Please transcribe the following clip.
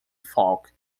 falk